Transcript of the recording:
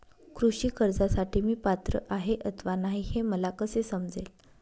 कृषी कर्जासाठी मी पात्र आहे अथवा नाही, हे मला कसे समजेल?